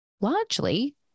largely